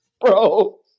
Bro